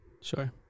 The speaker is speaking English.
sure